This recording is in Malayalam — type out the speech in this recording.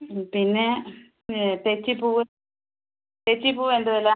മ് പിന്നെ തെച്ചിപ്പൂവ് തെച്ചിപ്പൂവ് എന്ത് വില